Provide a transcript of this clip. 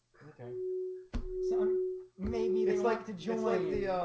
okay so maybe there's like to join like the